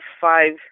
five